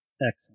Excellent